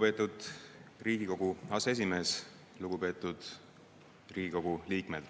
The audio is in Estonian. Lugupeetud Riigikogu aseesimees! Lugupeetud Riigikogu liikmed!